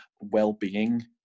well-being